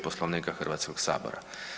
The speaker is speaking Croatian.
Poslovnika Hrvatskog sabora.